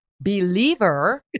Believer